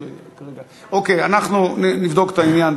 אבל אוקיי, אנחנו נבדוק את העניין.